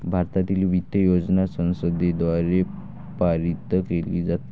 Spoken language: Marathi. भारतातील वित्त योजना संसदेद्वारे पारित केली जाते